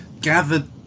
gathered